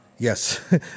Yes